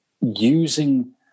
using